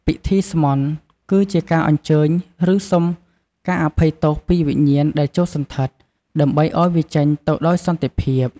ពិធី "ស្មន់" គឺជាការអញ្ជើញ ឬសុំការអភ័យទោសពីវិញ្ញាណដែលចូលសណ្ឋិត ដើម្បីឲ្យវាចេញទៅដោយសន្តិភាព។